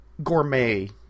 Gourmet